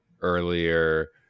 earlier